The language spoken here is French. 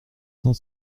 cent